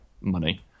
money